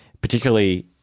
particularly